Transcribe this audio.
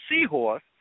seahorse